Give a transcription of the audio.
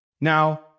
Now